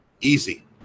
Easy